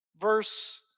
verse